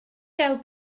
gael